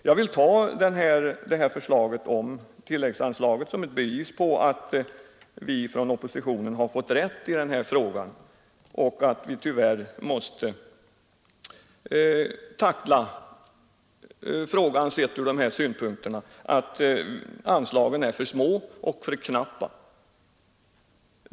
Jag vill ta förslaget om ett tilläggsanslag som ett bevis på att vi från oppositionens sida har fått rätt och att vi tyvärr måste tackla frågan ur den synvinkeln att anslagen är för små.